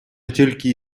тільки